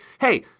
Hey